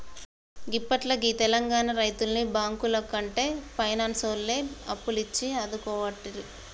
గిప్పట్ల గీ తెలంగాణ రైతుల్ని బాంకులకంటే పైనాన్సోల్లే అప్పులిచ్చి ఆదుకోవట్టిరి